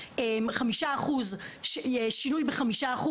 שינוי ב-5%,